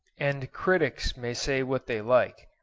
and critics may say what they like,